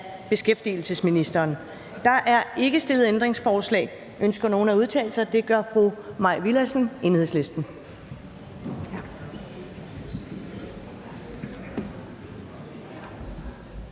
(Karen Ellemann): Der er ikke stillet ændringsforslag. Ønsker nogen at udtale sig? Det gør fru Mai Villadsen, Enhedslisten.